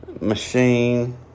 machine